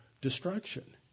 destruction